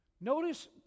Notice